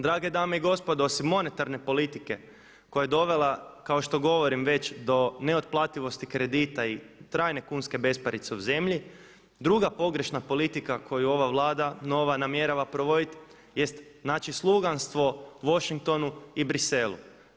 Drage dame i gospodo osim monetarne politike koja je dovela kao što govorim već do neotplativosti kredita i trajne kunske besparice u zemlji, druga pogrešna politika koju ova Vlada nova namjerava provoditi jest znači sluganstvo Washingtonu i Bruxellesu.